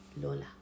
Lola